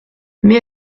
mais